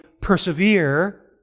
persevere